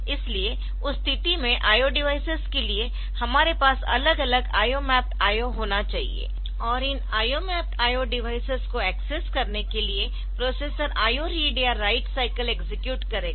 इसलिए उस स्थिति में IO डिवाइसेस के लिए हमारे पास अलग अलग IO मैप्ड IO होना चाहिए और इन IO मैप्ड IO डिवाइसेसको एक्सेस करने के लिए प्रोसेसर IO रीड या राइट साइकल एक्सेक्यूट करेगा